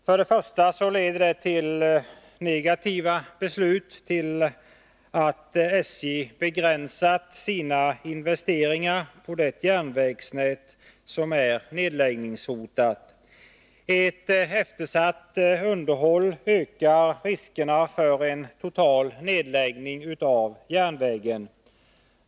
För det första leder det till negativa beslut; SJ har begränsat sina investeringar på det järnvägsnät som är nedläggningshotat. Ett eftersatt underhåll ökar riskerna för en total nedläggning av järnvägen.